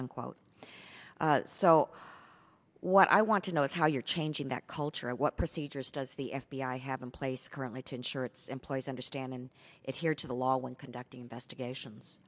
unquote so what i want to know is how you're changing that culture what procedures does the f b i have in place currently to ensure its employees understand and it's here to the law when conducting investigations